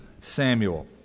Samuel